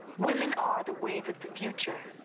women are the wave of the future,